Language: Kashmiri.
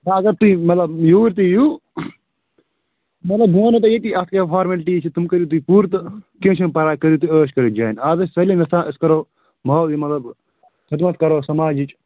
ہا اگر تۄہہِ مطلب یوٗرۍ تہِ یِیِو مطلب بہٕ ونہو تۄہہِ ییٚتی اَتھ کیٛاہ فارملٹیٖز چھِ تَم کٔرِو تُہۍ پوٗرٕ تہٕ کیٚنٛہہ چھُنہٕ پَرواے کٔرِو تُہۍ عٲش کٔرِتھ جوایِن اَز حظ چھِ سٲلِم یَژھان أسۍ کَرو ماو یہِ مطلب خٔدمت کَرہو سَماجِچ